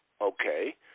Okay